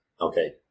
okay